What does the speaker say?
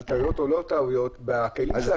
טעויות או לא טעויות בכלים של השב"כ,